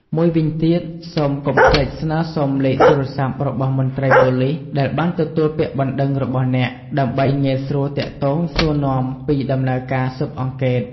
មួយវិញទៀត សូមកុំភ្លេចស្នើសុំលេខទូរស័ព្ទរបស់មន្ត្រីប៉ូលីសដែលបានទទួលពាក្យបណ្ដឹងរបស់អ្នក ដើម្បីងាយស្រួលទាក់ទងសួរនាំពីដំណើរការស៊ើបអង្កេត។